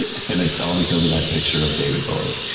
and it's all because of that picture of david bowie,